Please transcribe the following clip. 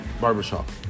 Barbershop